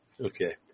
Okay